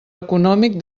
econòmic